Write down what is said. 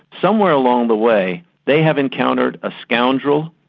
somewhere along the way, they have encountered a scoundrel,